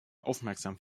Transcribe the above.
aufmerksam